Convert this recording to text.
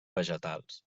vegetals